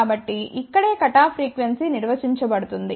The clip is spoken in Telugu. కాబట్టి ఇక్కడే కటాఫ్ ఫ్రీక్వెన్సీ నిర్వచించబడుతుంది